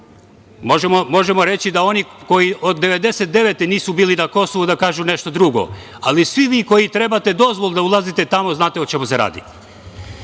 možemo reći da oni koji od 1999. godine nisu bili na Kosovu da kažu nešto drugo, ali svi vi koji trebate dozvolu da ulazite tamo znate o čemu se